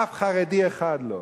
אף חרדי אחד לא.